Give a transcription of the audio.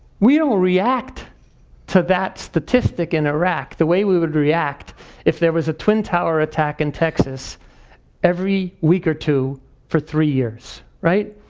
we don't react to that statistic in iraq the way we would react if there was a twin tower attack in texas every week or two for three years.